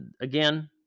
Again